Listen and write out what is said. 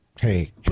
Hey